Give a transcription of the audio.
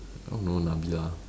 I don't know Nabilah